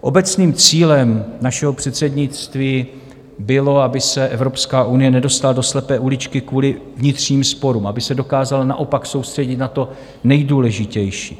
Obecným cílem našeho předsednictví bylo, aby se Evropská unie nedostala do slepé uličky kvůli vnitřním sporům, aby se dokázala naopak soustředit na to nejdůležitější.